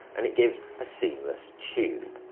and it gives a seamless tube.